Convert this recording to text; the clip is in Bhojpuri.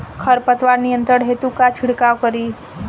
खर पतवार नियंत्रण हेतु का छिड़काव करी?